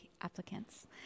applicants